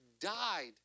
died